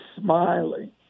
smiling